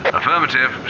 affirmative